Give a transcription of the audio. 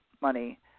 money